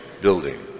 building